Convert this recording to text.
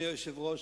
אדוני היושב-ראש,